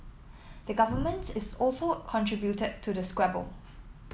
the Government is also contributed to the squabble